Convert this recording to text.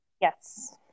Yes